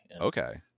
Okay